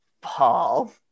paul